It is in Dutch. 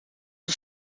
een